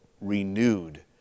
renewed